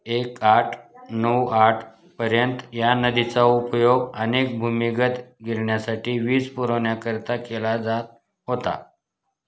एक आठ नऊ आठपर्यंत या नदीचा उपयोग अनेक भूमीगत गिरण्यासाठी वीज पुरवण्याकरता केला जात होता